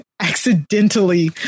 accidentally